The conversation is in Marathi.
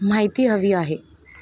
माहिती हवी आहे